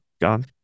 Gone